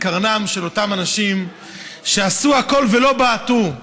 קרנם של אותם אנשים שעשו הכול ולא בעטו.